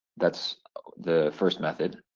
that's the first method.